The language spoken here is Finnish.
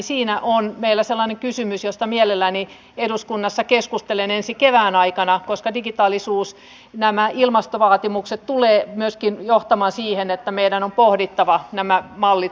siinä on meillä sellainen kysymys josta mielelläni eduskunnassa keskustelen ensi kevään aikana koska nämä ilmastovaatimukset tulevat myöskin johtamaan siihen että meidän on pohdittava nämä mallit uudestaan